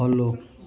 follow